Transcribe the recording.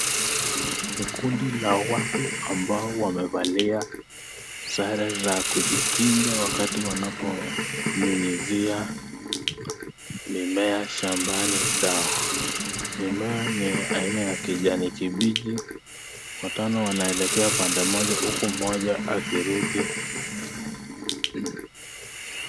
Ni kundi la Watu ambao wamevalia sare za kukinga wakati wanapo nyumyizia mmea shambani dawa. Mmea ni ya kijani kibichi . Watano wanaelekea bande Moja huku mmjoja akirudi.